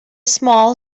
small